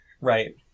Right